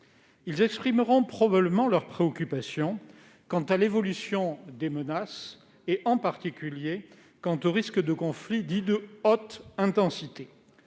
Ils exprimeront probablement leur préoccupation quant à l'évolution des menaces et, en particulier, quant aux risques de conflits dits de haute intensité.